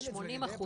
זה 80%,